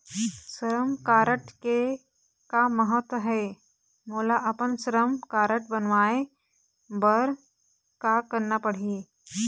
श्रम कारड के का महत्व हे, मोला अपन श्रम कारड बनवाए बार का करना पढ़ही?